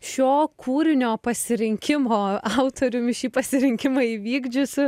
šio kūrinio pasirinkimo autoriumi šį pasirinkimą įvykdžiusi